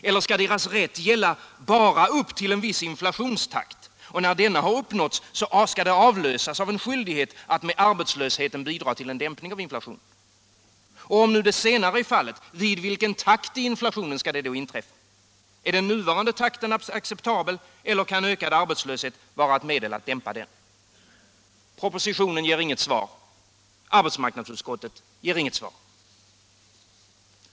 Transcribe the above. Eller skall deras rätt bara gälla upp till en viss inflationstakt, och när den uppnåtts avlösas av en skyldighet att med arbetslösheten bidra till dimpning av inflationen? Om det senare är fallet: vid vilken takt i inflationen skall detta inträffa? Är den nuvarande takten acceptabel, eller kan ökad arbetslöshet vara ett medel att dämpa den? Propositionen ger inget svar. Arbetsmarknadsutskottet ger inget svar.